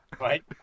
Right